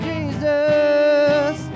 Jesus